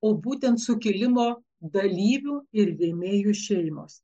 o būtent sukilimo dalyvių ir rėmėjų šeimos